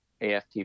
AFT